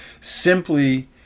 simply